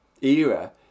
era